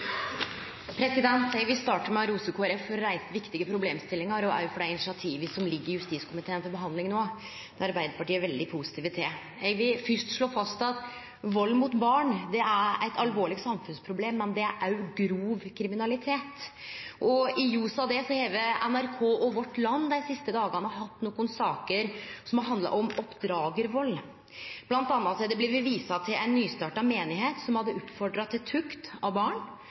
Eg vil starte med å rose Kristeleg Folkeparti for å reise viktige problemstillingar og for dei initiativa som no ligg til behandling i justiskomiteen, og som Arbeidarpartiet er veldig positive til. Eg vil fyrst slå fast at vald mot barn er eit alvorleg samfunnsproblem, men det er òg grov kriminalitet. I ljos av det har NRK og Vårt Land dei siste dagane hatt nokre saker som har handla om oppdragarvald – bl.a. har det vore vist til eit nystarta trussamfunn som hadde oppfordra til tukt av barn